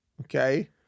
okay